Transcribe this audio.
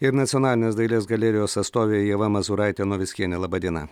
ir nacionalinės dailės galerijos atstovė ieva mazūraitė novickienė laba diena